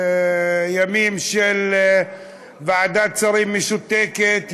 ימים של ועדת שרים משותקת,